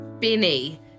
Benny